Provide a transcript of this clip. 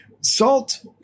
Salt